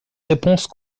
réponses